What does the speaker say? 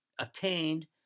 attained